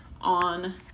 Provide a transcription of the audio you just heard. on